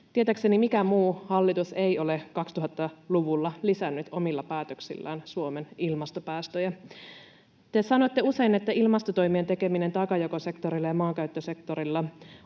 Tietääkseni mikään muu hallitus ei ole 2000-luvulla lisännyt omilla päätöksillään Suomen ilmastopäästöjä. Te sanotte usein, että ilmastotoimien tekeminen taakanjakosektorilla ja maankäyttösektorilla